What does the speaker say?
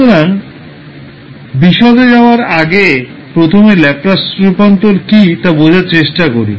সুতরাং বিশদে যাওয়ার আগে প্রথমে ল্যাপলাস রূপান্তর কী তা বোঝার চেষ্টা করি